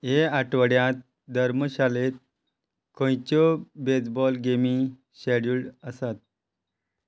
हे आठवड्यांत धर्मशाळेंत खंयच्यो बेजबॉल गेमी शॅड्युल्ड आसात